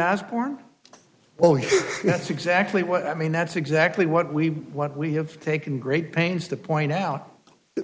as porn oh yeah that's exactly what i mean that's exactly what we what we have taken great pains to point out